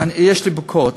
יש לי ביקורת.